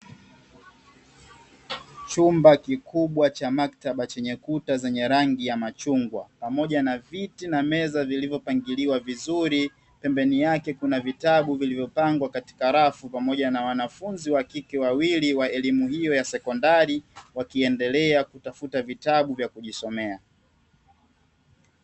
Chumba kikubwa cha Maktaba chenye kuta zenye rangi ya Machungwa, pamoja na viti na meza vilivyo pangiliwa vizuri, pembeni yake kuna vitabu vilivyo pangwa katika rafu pamoja na wanafunzi wa kike wawili wa elimu hiyo ya Sekondari wakiendelea kutafuta vitabu vya kujisomea.